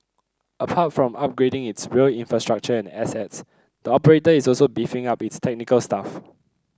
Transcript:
apart from upgrading its rail infrastructure and assets the operator is also beefing up its technical staff